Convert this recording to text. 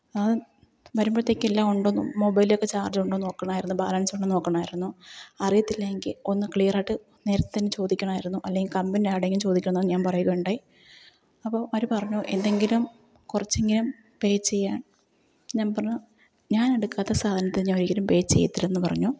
അവൻ വരുമ്പഴ്ത്തേക്കെല്ലാം ഉണ്ടോന്ന് മൊബൈലിലൊക്കെ ചാർജ്ജ് ഉണ്ടോന്ന് നോക്കണമായിരുന്നു ബാലൻസ് ഉണ്ടോന്ന് നോക്കണമായിരുന്നു അറിയത്തില്ല എനിക്ക് ഒന്ന് ക്ലിയറായിട്ട് നേരത്തെ തന്നെ ചോദിക്കണമായിരുന്നു അല്ലെങ്കില് കമ്പനി ആരോടെങ്കിലും ചോദിക്കണമെന്ന് ഞാൻ പറയുകയുണ്ടായി അപ്പോള് അവര് പറഞ്ഞു എന്തെങ്കിലും കുറച്ചിങ്ങനെ പേ ചെയ്യാൻ ഞാൻ പറഞ്ഞു ഞാനെടുക്കാത്ത സാധനത്തിന് ഞാനൊരിക്കലും പേ ചെയ്യത്തില്ലെന്ന് പറഞ്ഞു